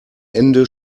ende